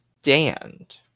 stand